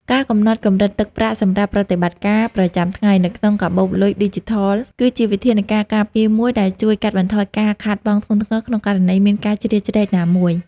ការកំណត់កម្រិតទឹកប្រាក់សម្រាប់ប្រតិបត្តិការប្រចាំថ្ងៃនៅក្នុងកាបូបលុយឌីជីថល គឺជាវិធានការការពារមួយដែលជួយកាត់បន្ថយការខាតបង់ធ្ងន់ធ្ងរក្នុងករណីមានការជ្រៀតជ្រែកណាមួយ។